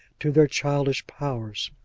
to their childish powers.